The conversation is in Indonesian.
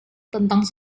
tentang